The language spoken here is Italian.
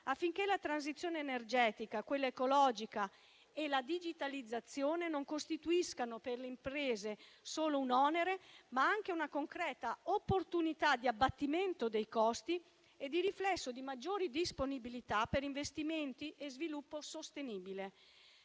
affinché la transizione energetica ed ecologica e la digitalizzazione non costituiscano per le imprese solo un onere, ma anche una concreta opportunità di abbattimento dei costi e, di riflesso, di maggiori disponibilità per investimenti e sviluppo sostenibile.